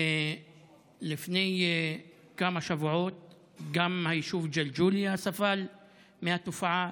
לפני כמה שבועות גם היישוב ג'לג'וליה סבל מהתופעה,